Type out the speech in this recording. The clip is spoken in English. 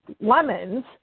lemons